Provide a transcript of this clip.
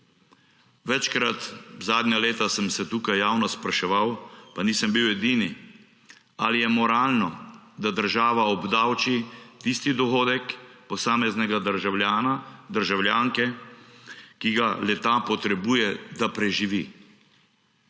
Večkrat sem zadnja leta se tukaj javno spraševal, pa nisem bil edini, ali je moralno, da država obdavči tisti dohodek posameznega državljana, državljanke, ki ga le-ta potrebuje, da preživi.